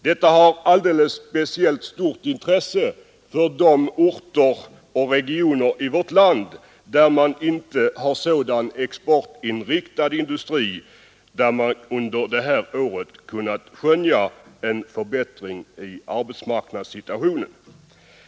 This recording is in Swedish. Detta har särskilt stort intresse för de orter och de regioner som inte har sådan exportinriktad industri där man under året kunnat skönja en förbättring av arbetsmarknadssituationen.